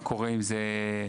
מה קורה עם זה,